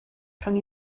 rhwng